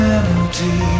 empty